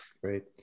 Great